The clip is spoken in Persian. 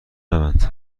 نبند